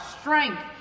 strength